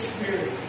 Spirit